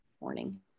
morning